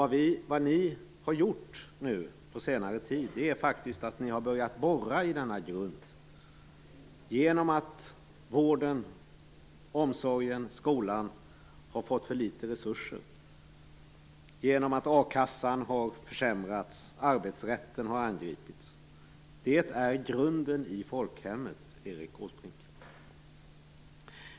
Det ni har gjort på senare tid är faktiskt att ni har börjat borra i denna grund genom att vården, omsorgen och skolan har fått för litet resurser, genom att a-kassan har försämrats och arbetsrätten har angripits. Detta är grunden i folkhemmet, Erik Åsbrink.